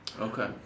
Okay